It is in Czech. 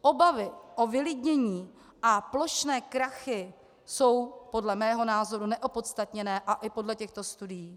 Obavy o vylidnění a plošné krachy jsou podle mého názoru neopodstatněné, a i podle těchto studií.